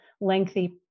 lengthy